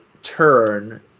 turn